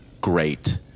Great